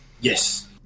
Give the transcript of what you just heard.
Yes